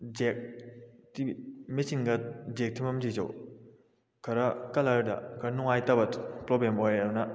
ꯖꯦꯛꯇꯤ ꯃꯦꯆꯤꯟꯒ ꯖꯦꯛ ꯊꯤꯟꯐꯝꯁꯤꯁꯨ ꯈꯔ ꯀꯂꯔꯗ ꯈꯔ ꯅꯨꯡꯉꯥꯏꯇꯕ ꯄ꯭ꯔꯣꯕ꯭ꯂꯦꯝ ꯑꯣꯏꯔꯦ ꯑꯗꯨꯅ